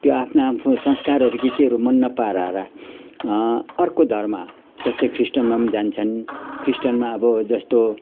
त्यो आफ्नो आफ्नो संस्कारहरू के केहरू मन नपराएर अर्को धर्म जस्तै ख्रिस्टानमा जान्छन् ख्रिस्टानमा अब जस्तो